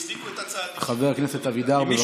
והצדיקו את הצעדים, חבר הכנסת אבידר, בבקשה.